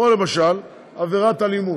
למשל עבירת אלימות,